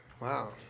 Wow